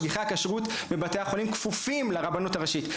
משגיחי הכשרות בבתי החולים כפופים לרבנות הראשית,